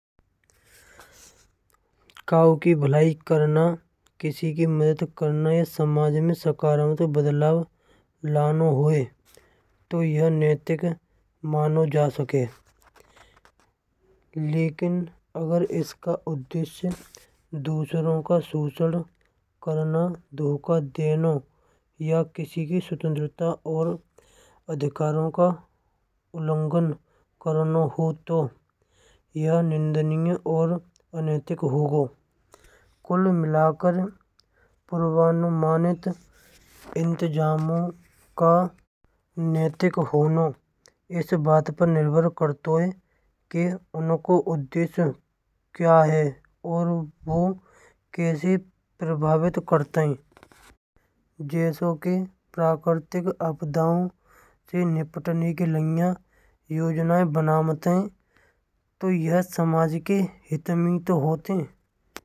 कऊ की भलाई करना किसी की मदद करना या समाज में सकाराम तो बदलाव लाना होय तो ये नैतिक मानव जा सके। लेकिन अगर इसका उद्देश्य दूसरों का शोषण करना धोखा देना या किसी की स्वतन्त्रता और अधिकारों का निदनीय और अनैतिक होगो। पूर्वानुमन्त का नैतिक होना इस बात पर निर्भर करता है कि उनको उद्देश्य क्या है। और वह कैसे प्रभावित करता है, जैसो कि प्राकृतिक आपदाओं से निपटने के लिए योजनाएं बनावत तो यह समझ के हिय म ही तो होते है।